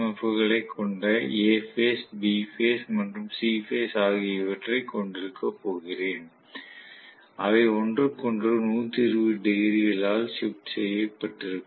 F களைக் கொண்ட A phase B phase மற்றும் C பேஸ் ஆகியவற்றைக் கொண்டிருக்கப் போகிறேன் அவை ஒன்றுக்கொன்று 120 டிகிரிகளால் ஷிப்ட் செய்யப்பட்டிருக்கும்